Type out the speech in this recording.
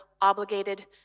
obligated